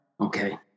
Okay